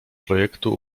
projektu